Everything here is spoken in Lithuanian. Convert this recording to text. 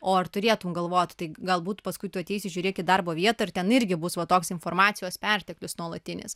o ar turėtum galvot tai galbūt paskui tu ateisi žiūrėk į darbo vietą ir ten irgi bus va toks informacijos perteklius nuolatinis